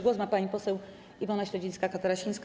Głos ma pani poseł Iwona Śledzińska-Katarasińska.